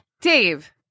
Dave